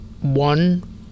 one